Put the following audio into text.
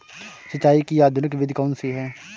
सिंचाई की आधुनिक विधि कौनसी हैं?